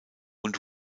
und